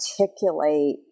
articulate